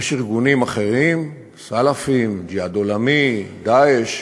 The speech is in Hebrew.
יש ארגונים אחרים, סלפים, ג'יהאד עולמי, "דאעש",